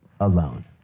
alone